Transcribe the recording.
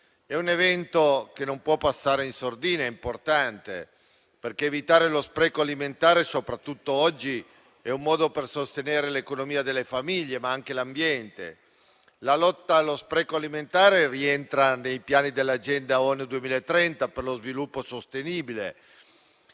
di un evento che non può passare in sordina perché è importante: evitare lo spreco alimentare, soprattutto oggi, è un modo per sostenere l'economia delle famiglie, ma anche l'ambiente. La lotta allo spreco alimentare rientra nei piani dell'Agenda ONU 2030 per lo sviluppo sostenibile.